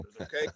okay